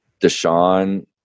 Deshaun